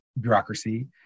bureaucracy